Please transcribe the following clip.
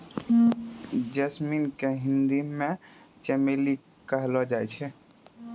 jasmine के हिंदी मे चमेली कहलो जाय छै